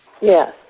Yes